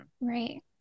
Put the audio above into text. Right